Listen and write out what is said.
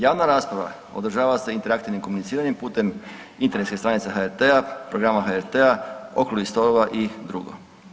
Javna rasprava održava se interaktivnim komuniciranjem putem internetske strance HRT-a, programa HRT-a, okruglih stolova i drugo.